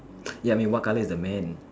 ya I mean what colour is the man